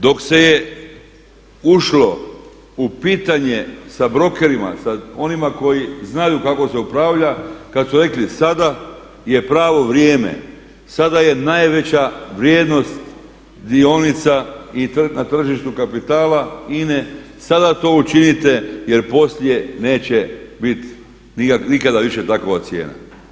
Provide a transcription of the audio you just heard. Dok se je ušlo u pitanje sa brokerima, sa onima koji znaju kako se upravlja, kada su rekli sada je pravo vrijeme, sada je najveća vrijednost dionica i na tržištu kapitala INA-e, sada to učinite jer poslije neće biti nikada više takva cijena.